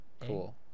cool